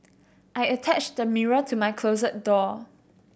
I attached the mirror to my closet door